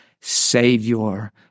Savior